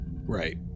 right